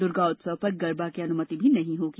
दुर्गा उत्सव पर गरबा की अनुमति भी नहीं होगी